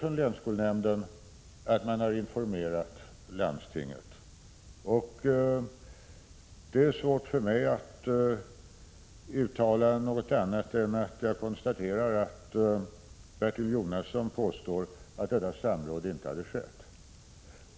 Från länsskolnämnden säger man att man har informerat landstinget, och för mig är det svårt att göra något annat än att konstatera att Bertil Jonasson påstår att detta samråd inte har skett.